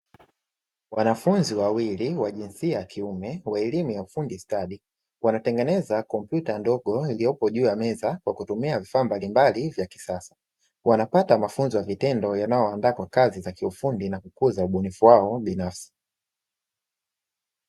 Wanafunzi wawili wajinsia yakiume wa elimu ya ufundi stadi wanatengeneza kompyuta ndogo iliyopo juu ya meza kwakutumia vifaa mbalimbali vyakisasa, wanapata mafunzo yavitendo yanayo waandaa kwa kazi za kiufundi na kukuza ubunifu wao binafsi.